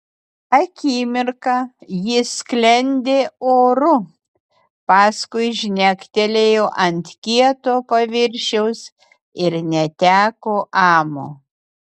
akimirką ji sklendė oru paskui žnektelėjo ant kieto paviršiaus ir neteko amo